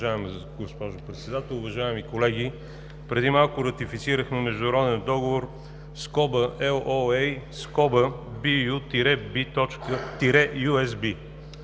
уважаеми колеги! Преди малко ратифицирахме международен договор (LOA) BU-B-UCB.